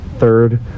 third